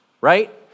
right